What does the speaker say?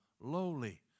lowly